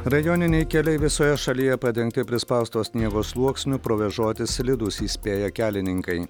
rajoniniai keliai visoje šalyje padengti prispausto sniego sluoksniu provėžoti slidūs įspėja kelininkai